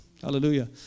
Hallelujah